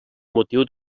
motiu